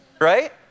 right